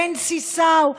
בנצי סאו,